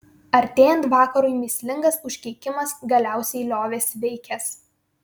artėjant vakarui mįslingas užkeikimas galiausiai liovėsi veikęs